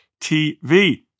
TV